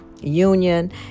union